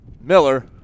Miller